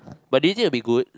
but do you think it will be good